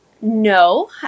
no